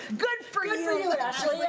good for you ashley. yeah